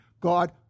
God